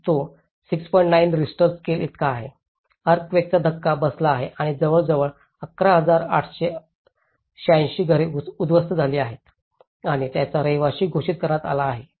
9 Richter scale इतका आहे अर्थक्वेकचा धक्का बसला आहे आणि जवळजवळ 11886 घरे उद्ध्वस्त झाली आहेत आणि त्यांना रहिवासी घोषित करण्यात आले आहे